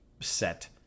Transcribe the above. set